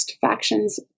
factions